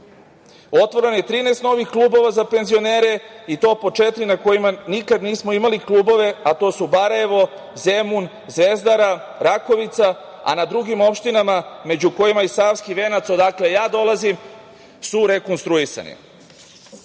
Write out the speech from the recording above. Otvoreno je 13 novih klubova za penzionere i to po četiri na kojima nikad nismo imali klubove, a to su: Barajevo, Zemun, Zvezdara, Rakovica, a na drugim opštinama, među kojima je i Savski Venac, odakle ja dolazim, su rekonstruisane. Sve